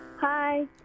Hi